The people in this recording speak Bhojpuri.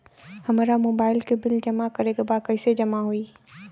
हमार मोबाइल के बिल जमा करे बा कैसे जमा होई?